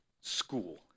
school